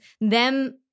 them-